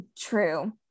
True